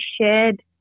shared